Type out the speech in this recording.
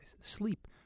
sleep